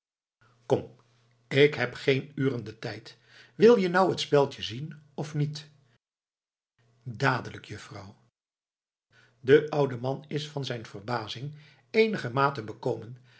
kom k heb geen uren den tijd wil je nou t speldje zien of niet dadelijk juffrouw de oude man is van zijn verbazing eenigermate bekomen